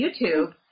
youtube